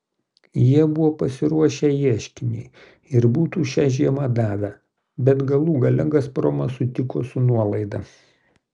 jie buvo pasiruošę ieškinį ir būtų šią žiemą davę bet galų gale gazpromas sutiko su nuolaida